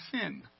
sin